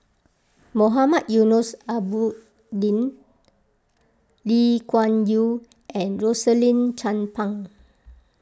Mohamed Eunos Lee Kuan Yew and Rosaline Chan Pang